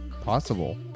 possible